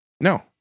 No